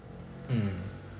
mm